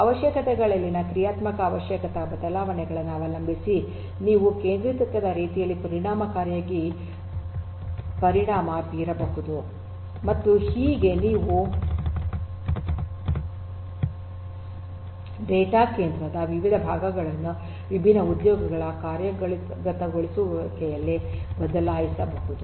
ಅವಶ್ಯಕತೆಗಳಲ್ಲಿನ ಕ್ರಿಯಾತ್ಮಕ ಅವಶ್ಯಕತೆಗಳ ಬದಲಾವಣೆಗಳನ್ನು ಅವಲಂಬಿಸಿ ನೀವು ಕೇಂದ್ರೀಕೃತ ರೀತಿಯಲ್ಲಿ ಪರಿಣಾಮಕಾರಿಯಾಗಿ ಪರಿಣಾಮ ಬೀರಬಹುದು ಮತ್ತು ಹೀಗೆ ನೀವು ಡೇಟಾ ಕೇಂದ್ರದ ವಿವಿಧ ಭಾಗಗಳಲ್ಲಿ ವಿಭಿನ್ನ ಉದ್ಯೋಗಗಳ ಕಾರ್ಯಗತಗೊಳಿಸುವಿಕೆಯನ್ನು ಬದಲಾಯಿಸಬಹುದು